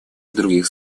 других